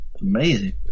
Amazing